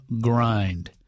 grind